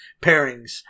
pairings